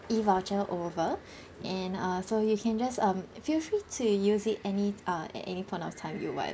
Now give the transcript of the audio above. E voucher over and uh so you can just um feel free to use it any uh at any point of time you want